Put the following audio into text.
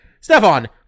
Stefan